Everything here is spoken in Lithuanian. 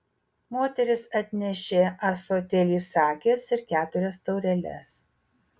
moteris atnešė ąsotėlį sakės ir keturias taureles